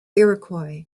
iroquois